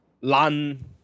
Lan